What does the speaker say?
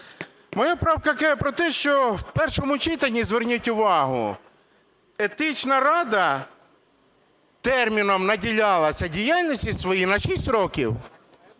Моя правка каже про те, що в першому читанні, зверніть увагу, Етична рада терміном наділялася діяльності своєї на шість років.